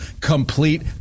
complete